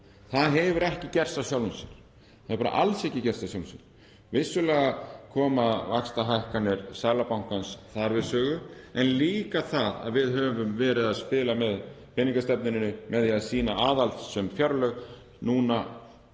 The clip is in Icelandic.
Það hefur ekki gerst af sjálfu sér. Það hefur bara alls ekki gerst af sjálfu sér. Vissulega koma vaxtahækkanir Seðlabankans þar við sögu en líka það að við höfum verið að spila með peningastefnunni með því að sýna aðhaldssöm fjárlög. Núna